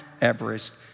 Everest